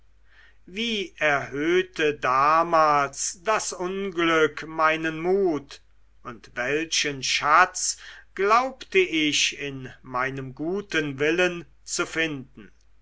wie erhöhte damals das unglück meinen mut und welchen schatz glaubte ich in meinem guten willen zu finden